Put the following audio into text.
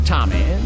Tommy